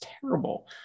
terrible